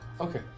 Okay